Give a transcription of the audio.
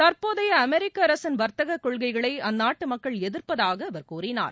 தற்போதைய அமெரிக்க அரசின் வர்த்தகக்கொள்கைகளை அந்நாட்டு மக்கள் எதிர்ப்பதாக அவர் கூறினார்